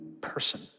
person